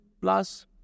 plus